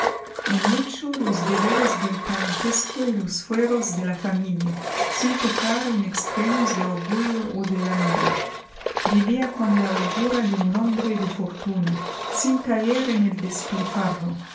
en mucho los deberes del parentesco y los fueros de la familia sin tocar en extremos de orgullo o de vanidad vivía con la holgura de un hombre de fortuna sin caer en el despilfarro